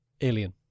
Alien